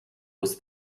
was